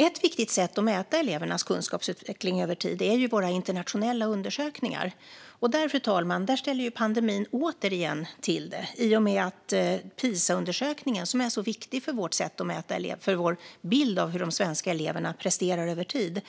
Ett viktigt sätt att mäta elevernas kunskapsutveckling över tid är våra internationella undersökningar. Men här ställer pandemin återigen till det. Pisaundersökningen, som är så viktig för vår bild av hur de svenska eleverna presterar över tid,